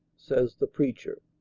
says the preacher.